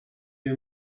you